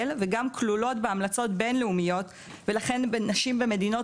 וגם כלולות בהמלצות הבין לאומית ולכן נשים במדינות